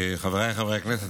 חבריי חברי הכנסת,